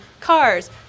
cars